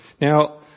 Now